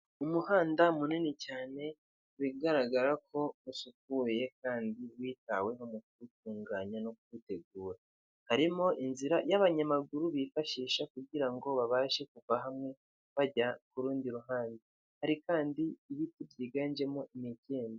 Umuhanda munini cyane bigaragara ko usukuye kandi witaweho mu kuwutunganya no kuwutegura, harimo inzira y'abanyamaguru bifashisha kugira ngo babashe kuva hamwe bajya ku rundi ruhande, hari kandi ibiti byiganjemo imikindo.